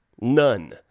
None